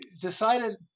decided